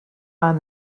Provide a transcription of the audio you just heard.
find